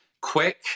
quick